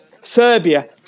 Serbia